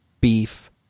beef